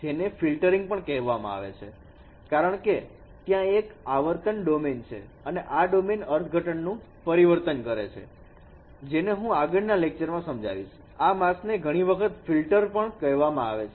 જેને ફિલ્ટરીંગ પણ કહેવામાં આવે છે કારણકે ત્યાં એક આવર્તન ડોમેન છે અને આ ડોમેન અર્થઘટનનું પરિવર્તન કરે છે જેને હું આગળના લેક્ચરમાં સમજાવીશ આ માસ્કને ઘણી વખત ફિલ્ટર્સ પણ કહેવામાં આવે છે